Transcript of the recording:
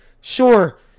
Sure